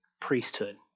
priesthood